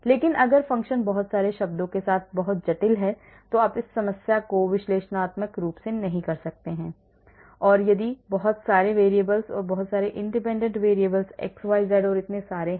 लेकिन अगर फ़ंक्शन बहुत सारे शब्दों के साथ बहुत जटिल है तो आप उस समस्या को विश्लेषणात्मक रूप से नहीं कर सकते हैं यदि many variables and many independent variables x y z और इतने सारे हैं